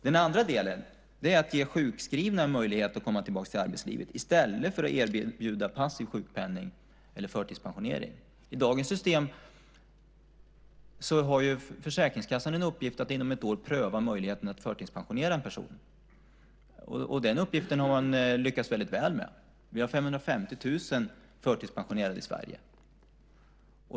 Den andra delen är att ge sjukskrivna möjlighet att komma tillbaka till arbetslivet, i stället för att erbjuda passiv sjukpenning eller förtidspensionering. I dagens system har Försäkringskassan en uppgift att inom ett år pröva möjligheten att förtidspensionera en person. Den uppgiften har man lyckats väldigt väl med. Vi har 550 000 förtidspensionerade i Sverige.